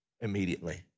immediately